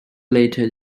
later